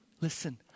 listen